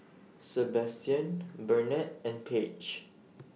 Sebastian Burnett and Paige